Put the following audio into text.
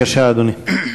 בבקשה, אדוני.